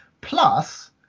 plus